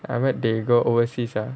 I heard they go overseas ah